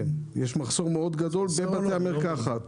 יש מחסור גדול בבתי המרקחת.